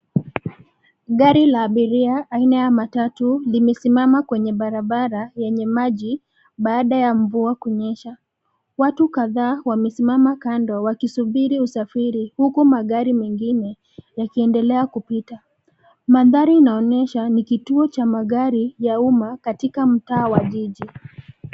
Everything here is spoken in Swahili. Gari la abiria aina ya matatu limesimama kwenye barabara yenye maji baada ya mvua kunyesha. Watu kadhaa wamesimama kando wakisubiri usafiri huku magari mengine yakiendelea kupita. Mandhari inaonyesha ni kituo cha magari ya uma katika mtaa wa jiji.